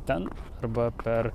ten arba per